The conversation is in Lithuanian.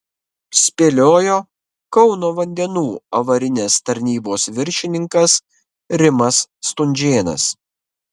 spėliojo kauno vandenų avarinės tarnybos viršininkas rimas stunžėnas